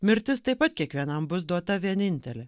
mirtis taip pat kiekvienam bus duota vienintelė